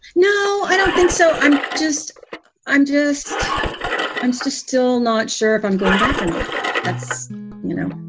no, i don't think so. i'm just i'm just i'm still still not sure if i'm going back or not. that's you know